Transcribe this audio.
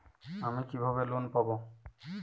আমি কিভাবে লোন পাব?